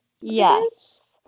Yes